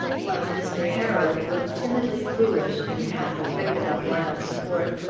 while mr. harold looked timidly foolish and half afraid of our wild sport.